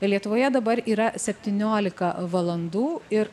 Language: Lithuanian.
lietuvoje dabar yra septyniolika valandų ir